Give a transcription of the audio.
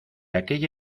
aquella